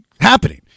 happening